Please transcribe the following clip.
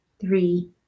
three